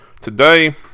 Today